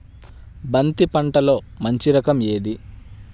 బంతి పంటలో మంచి రకం ఏది?